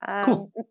Cool